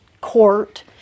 court